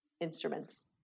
instruments